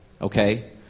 Okay